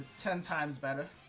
ten times better